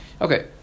Okay